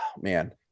Man